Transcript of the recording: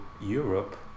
Europe